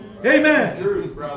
Amen